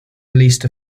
released